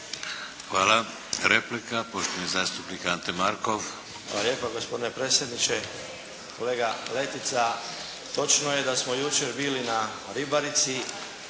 Hvala. Replika, poštovani zastupnik Ante Markov. **Markov, Ante (HSS)** Hvala lijepo gospodine predsjedniče. Kolega Letica točno je da smo jučer bili na ribarici,